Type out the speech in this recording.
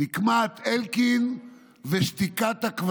נקמת אלקין, נקמת הטרקטור.